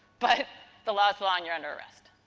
but, the law is the law and you're under arrest.